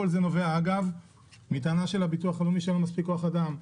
כל זה נובע מטענה של הביטוח הלאומי שאין לו מספיק כוח אדם.